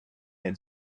had